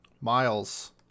Miles